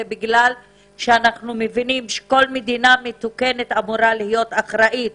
זה בגלל שאנחנו מבינים שכל מדינה מתוקנת אמורה להיות אחראית